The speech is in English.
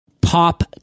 Pop